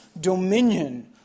dominion